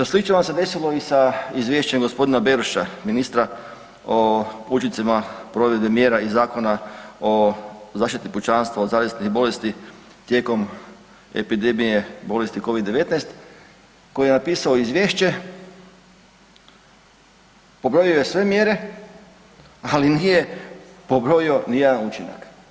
Slično vam se desilo i sa izvješćem g. Beroša, ministra o učincima provedbe mjere iz Zakona o zaštiti pučanstva od zaraznih bolesti tijekom epidemije bolesti COVID-19, koji je napisao izvješće, pobrojio je sve mjere ali nije pobrojio nijedan učinak.